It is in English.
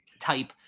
type